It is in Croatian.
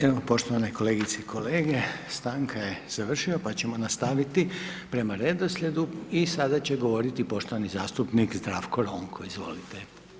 Evo poštovane kolegice i kolege, stanka je završila pa ćemo nastaviti prema redoslijedu i sada će govoriti poštovani zastupnik Zdravo Ronko, izvolite.